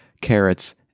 carrots